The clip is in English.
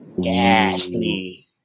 Ghastly